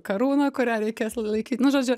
karūna kurią reikės laikyt nu žodžiu